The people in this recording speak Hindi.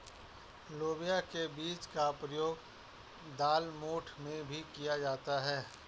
लोबिया के बीज का प्रयोग दालमोठ में भी किया जाता है